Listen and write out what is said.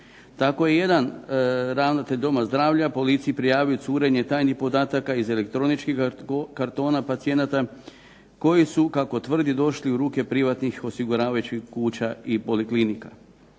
Tako je jedan ravnatelj doma zdravlja policiji prijavio curenje tajnih podataka iz elektroničkih kartona pacijenata, koji su kako tvrdi došli u ruke privatnih osiguravajućih kuća i poliklinika.